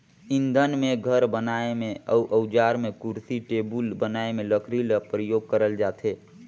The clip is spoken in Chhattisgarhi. इंधन में, घर बनाए में, अउजार में, कुरसी टेबुल बनाए में लकरी ल परियोग करल जाथे